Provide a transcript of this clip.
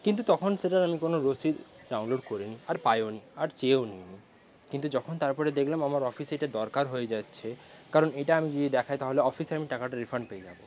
কিন্তু তখন সেটার আমি কোনো রসিদ ডাউনলোড করিনি আর পাইওনি আর চেয়েও নিইনি কিন্তু যখন তার পরে দেখলাম আমার অফিসে এটা দরকার হয়ে যাচ্ছে কারণ এইটা আমি যদি দেখাই তাহলে অফিসে আমি টাকাটা রিফান্ড পেয়ে যাব